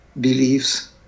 beliefs